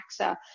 taxa